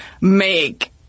make